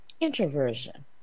introversion